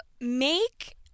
make